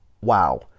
Wow